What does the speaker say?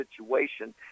situation